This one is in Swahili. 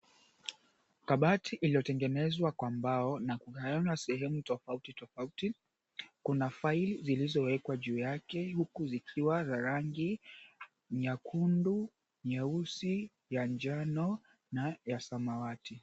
Kabati iliyotengenezwa kwa mbao na kugawanywa sehemu tofautitofauti. Kuna faili zilizowekwa juu yake huku zikiwa za rangi nyekundu, nyeusi, ya njano na ya samawati.